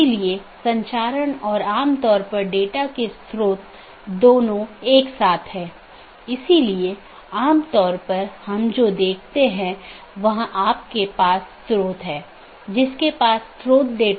इसलिए हलका करने कि नीति को BGP प्रोटोकॉल में परिभाषित नहीं किया जाता है बल्कि उनका उपयोग BGP डिवाइस को कॉन्फ़िगर करने के लिए किया जाता है